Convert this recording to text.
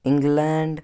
England